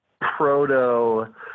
proto